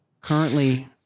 currently